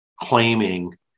claiming